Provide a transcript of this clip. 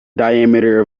diameter